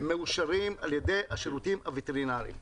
מאושרים על ידי השירותים הווטרינריים.